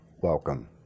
welcome